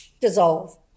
dissolve